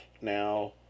now